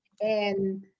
and-